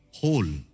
whole